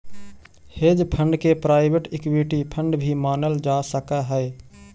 hedge fund के private equity fund भी मानल जा सकऽ हई